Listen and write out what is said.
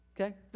Okay